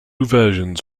versions